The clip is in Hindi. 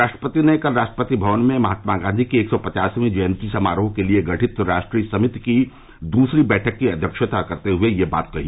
राष्ट्रपति ने कल राष्ट्रपति भवन में महात्मा गांधी की एक सौ पचासवीं जयंती समारोह के लिए गठित राष्ट्रीय समिति की दूसरी बैठक की अध्यक्षता करते हए यह बात कही